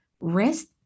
Rest